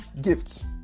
gifts